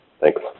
Thanks